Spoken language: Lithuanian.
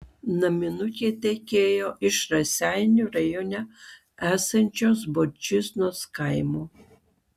naminukė tekėjo iš raseinių rajone esančio zborčiznos kaimo